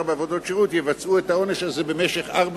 בעבודות שירות יבצעו את העונש הזה במשך ארבע